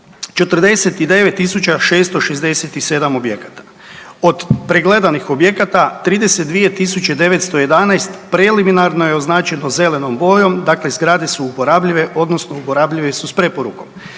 49 667 objekata. Od pregledanih objekata 32 911 preliminarno je označeno zelenom bojom, dakle zgrade su uporabljive, odnosno uporabljive su s preporukom.